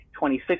26